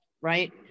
right